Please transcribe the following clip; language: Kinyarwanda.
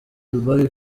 dubai